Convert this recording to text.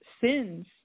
sins